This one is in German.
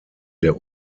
der